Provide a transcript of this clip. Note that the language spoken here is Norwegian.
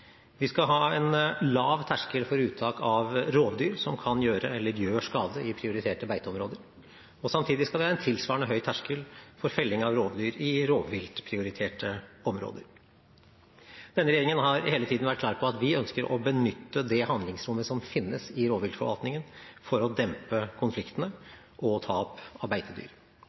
Vi skal ha en lav terskel for uttak av rovdyr som kan gjøre eller gjør skade i prioriterte beiteområder, og samtidig skal vi ha en tilsvarende høy terskel for felling av rovdyr i rovviltprioriterte områder. Denne regjeringen har hele tiden vært klar på at vi ønsker å benytte det handlingsrommet som finnes i rovviltforvaltningen for å dempe konfliktene og tap av beitedyr.